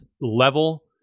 level